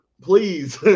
Please